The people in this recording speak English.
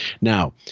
Now